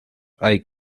hay